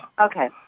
Okay